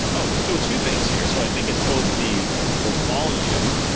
oh! so two things here. so i think it's both the the volume,